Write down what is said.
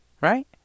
right